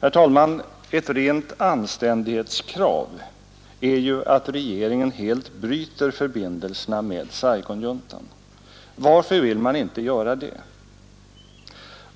Herr talman! Ett rent anständighetskrav är att regeringen helt bryter förbindelserna med Saigonjuntan. Varför vill man inte göra det?